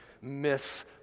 miss